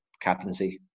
captaincy